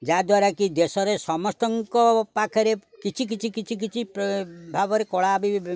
ଯାହାଦ୍ୱାରା କି ଦେଶରେ ସମସ୍ତଙ୍କ ପାଖରେ କିଛି କିଛି କିଛି କିଛି ଭାବରେ କଳା ବି